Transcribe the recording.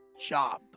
job